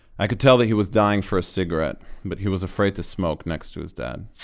i could tell that he was dying for a cigarette but he was afraid to smoke next to his dad